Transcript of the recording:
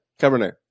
Cabernet